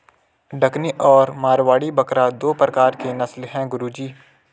डकनी और मारवाड़ी बकरा दो प्रकार के नस्ल है गुरु जी